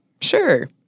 Sure